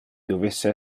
dovesse